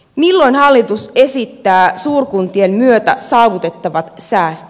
milloin hallitus esittää suurkuntien myötä saavutettavat säästöt